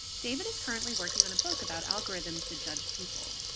david is currently working on a book about algorithms that judge people.